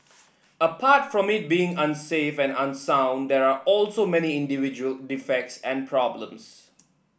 apart from it being unsafe and unsound there are also many individual defects and problems